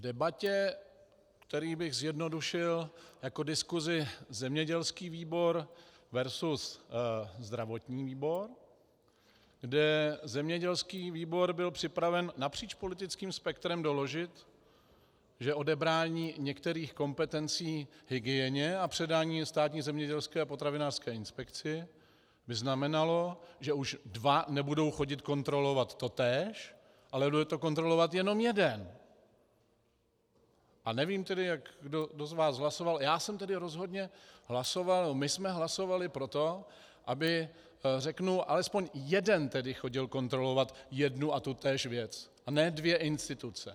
V debatě, kterou bych zjednodušil jako diskusi zemědělský výbor versus zdravotní výbor, kde zemědělský výbor byl připraven napříč politickým spektrem doložit, že odebrání některých kompetencí hygieně a předání Státní zemědělské a potravinářské inspekci by znamenalo, že už dva nebudou chodit kontrolovat totéž, ale bude to kontrolovat jenom jeden, a nevím tedy, kdo z vás jak hlasoval, ale jsem tedy rozhodně hlasoval, nebo my jsme hlasovali pro to, aby alespoň jeden chodil kontrolovat jednu a tutéž věc, a ne dvě instituce.